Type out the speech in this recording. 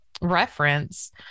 reference